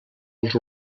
els